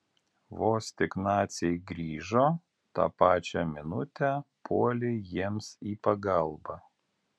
vos tik naciai grįžo tą pačią minutę puolei jiems į pagalbą